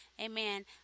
Amen